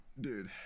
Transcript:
Dude